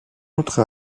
autre